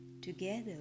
Together